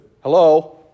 hello